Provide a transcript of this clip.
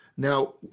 Now